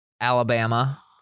alabama